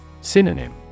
Synonym